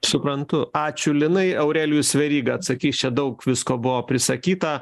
suprantu ačiū linai aurelijus veryga atsakys čia daug visko buvo prisakyta